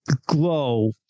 glow